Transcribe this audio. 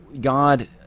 God